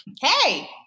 hey